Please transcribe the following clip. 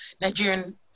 Nigerian